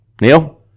Neil